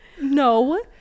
No